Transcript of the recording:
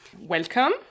Welcome